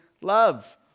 love